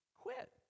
quit